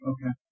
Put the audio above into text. Okay